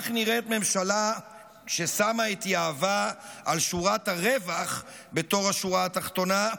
כך נראית ממשלה ששמה את יהבה על שורת הרווח בתור השורה התחתונה,